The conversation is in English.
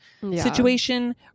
situation